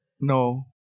no